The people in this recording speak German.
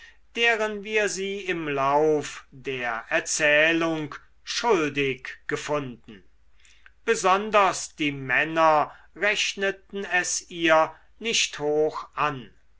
deren wir sie im lauf der erzählung schuldig gefunden besonders die männer rechneten es ihr nicht hoch an